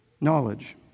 knowledge